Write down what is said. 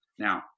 Now